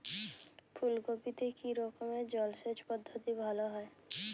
ফুলকপিতে কি রকমের জলসেচ পদ্ধতি ভালো হয়?